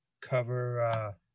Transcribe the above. cover